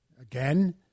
again